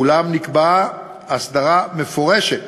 אולם לא נקבעה הסדרה מפורשת